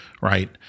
right